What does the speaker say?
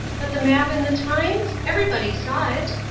but the map in the times? everybody saw it.